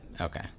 Okay